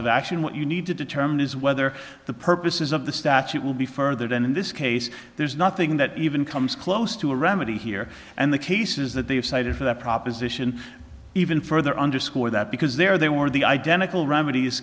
of action what you need to determine is whether the purposes of the statute will be furthered and in this case there's nothing that even comes close to a remedy here and the cases that they have cited for that proposition even further underscore that because there they were the identical remedies